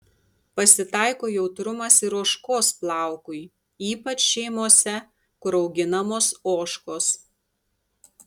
pasitaiko jautrumas ir ožkos plaukui ypač šeimose kur auginamos ožkos